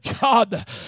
God